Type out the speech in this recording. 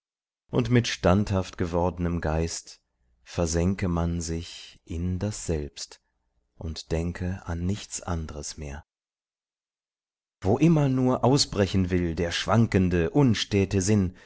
und mit standhaft gewordnem geist versenke man sich in das selbst und denke an nichts andres mehr wo immer nur ausbrechen will der schwankende unstäte sinn